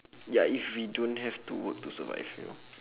ya if we don't have to work to survive you know